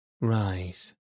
Rise